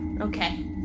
Okay